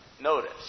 notice